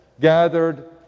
gathered